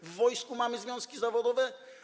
Czy w wojsku mamy związki zawodowe?